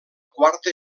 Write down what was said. quarta